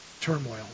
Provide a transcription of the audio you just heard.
turmoil